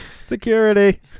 Security